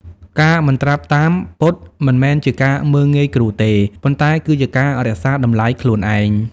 ការមិនត្រាប់តាម «ពុត» មិនមែនជាការមើលងាយគ្រូទេ ប៉ុន្តែគឺជាការរក្សាតម្លៃខ្លួនឯង។